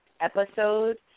episode